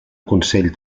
consell